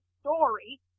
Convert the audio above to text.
story